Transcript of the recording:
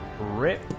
rip